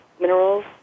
minerals